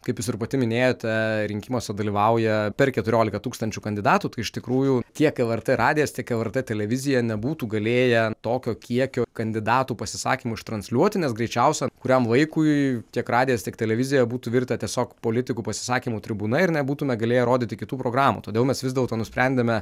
kaip jūs ir pati minėjote rinkimuose dalyvauja per keturiolika tūkstančių kandidatų tai iš tikrųjų tiek lrt radijas tiek lrt televizija nebūtų galėję tokio kiekio kandidatų pasisakymų iš transliuoti nes greičiausiai kuriam laikui tiek radijas tiek televizija būtų virtę tiesiog politikų pasisakymų tribūna ir nebūtumėme galėję rodyti kitų programų todėl mes vis dėlto nusprendėme